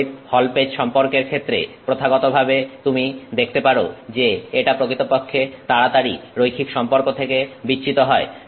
বিপরীত হল পেচ সম্পর্কের ক্ষেত্রে প্রথাগতভাবে তুমি দেখতে পারো যে এটা প্রকৃতপক্ষে তাড়াতাড়ি রৈখিক সম্পর্ক থেকে বিচ্যুত হয়